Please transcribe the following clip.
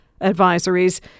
advisories